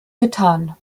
getan